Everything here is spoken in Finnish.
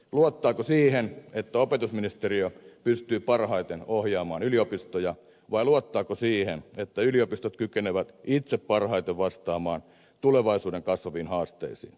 luottaako siihen että opetusministeriö pystyy parhaiten ohjaamaan yliopistoja vai luottaako siihen että yliopistot kykenevät itse parhaiten vastaamaan tulevaisuuden kasvaviin haasteisiin